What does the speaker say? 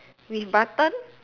with button